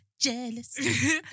jealous